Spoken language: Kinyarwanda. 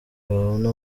babona